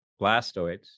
blastoids